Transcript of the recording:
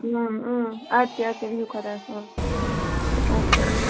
اۭں اۭں اَدٕ کہِ اَدٕ کہِ بیٚہو خۄدایس حَوالہٕ اَدٕ سَہ بیٚہو